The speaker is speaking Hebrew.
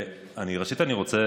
ראשית, אני רוצה